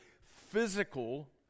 physical